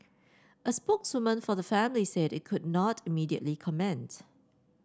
a spokeswoman for the family said it could not immediately comment